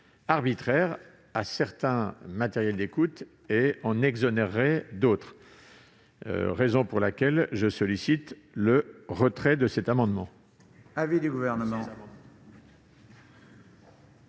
arbitraire à certains matériels d'écoute et en exonérerait d'autres. C'est la raison pour laquelle je sollicite le retrait de ces amendements.